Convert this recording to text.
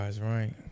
right